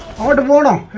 to water